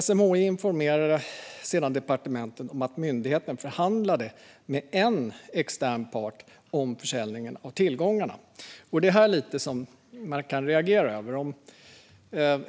SMHI informerade sedan departementet om att myndigheten förhandlade med en extern part om försäljningen av tillgångarna. Det är detta man kan reagera lite över.